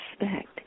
respect